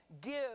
give